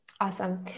awesome